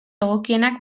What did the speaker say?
egokienak